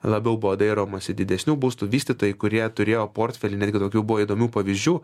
labiau buvo dairomasi didesnių būstų vystytojai kurie turėjo portfelį netgi tokių buvo įdomių pavyzdžių